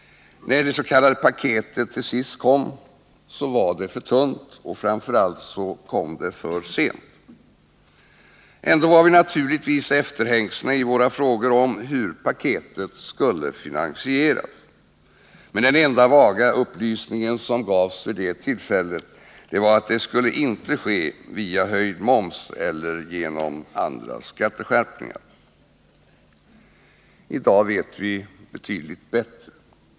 När dets.k. paketet till sist kom var det för tunt och framför allt kom det för sent. Ändå var vi naturligtvis efterhängsna med våra frågor om hur paketet skulle finansieras. Den enda vaga upplysning som gavs vid det tillfället var att det inte skulle ske via höjd moms eller genom andra skatteskärpningar! I dag vet vi betydligt bättre.